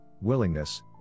willingness